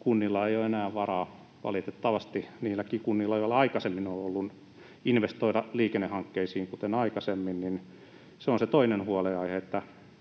Kunnilla ei ole enää varaa — valitettavasti niilläkään kunnilla, joilla aikaisemmin on ollut — investoida liikennehankkeisiin kuten aikaisemmin. Se on se toinen huolenaihe,